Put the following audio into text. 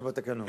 זה בתקנון.